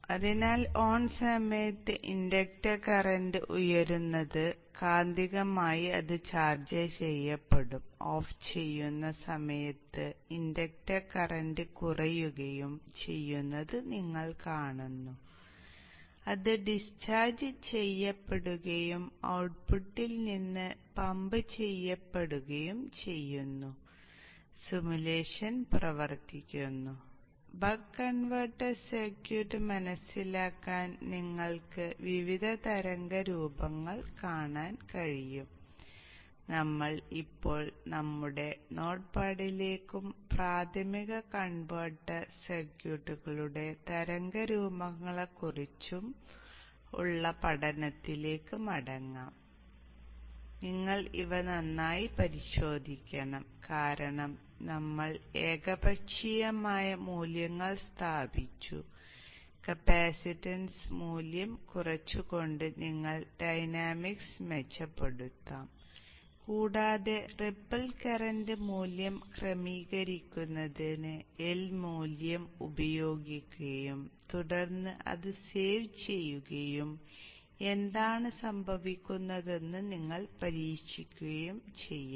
അതിനാൽ ഓൺ സമയത്ത് inductor current ഉയരുന്നത് കാന്തികമായി അത് ചാർജ് ചെയ്യപ്പെടുകയും ഓഫ് സമയത്ത് ഇൻഡക്ടർ കറന്റ് കുറയുകയും ചെയ്യുന്നത് നിങ്ങൾ കാണുന്നു ക്രമീകരിക്കുന്നതിന് L മൂല്യം ഉപയോഗിക്കുകയും തുടർന്ന് അത് സേവ് ചെയ്യുകയും എന്താണ് സംഭവിക്കുന്നതെന്ന് നിങ്ങൾക്ക് പരീക്ഷിക്കുകയും ചെയ്യാം